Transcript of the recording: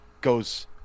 goes